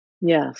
Yes